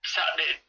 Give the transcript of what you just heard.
Saturday